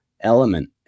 element